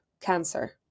cancer